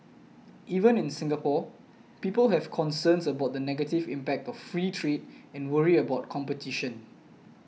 even in Singapore people have concerns about the negative impact of free trade and worry about competition